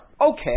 Okay